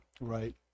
right